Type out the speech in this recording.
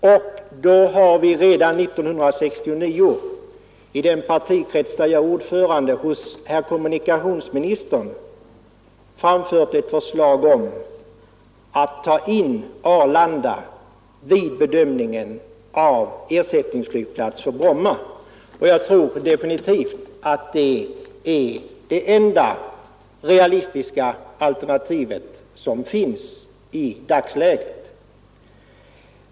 Vi har redan 1969 i den partikrets, där jag är ordförande, hos herr kommunikationsministern framfört ett förslag om att ta in Arlanda vid bedömningen av frågan om flygplats som ersättning för Bromma. Jag tror definitivt att detta är det enda realistiska alternativ som finns i dagsläget.